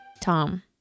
Tom